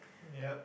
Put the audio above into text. ya